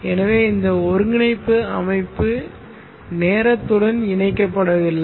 எனவே இந்த ஒருங்கிணைப்பு அமைப்பு நேரத்துடன் இணைக்கப்படவில்லை